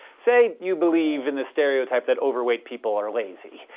say you believe in the stereotype that overweight people are lazy.